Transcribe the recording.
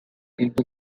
into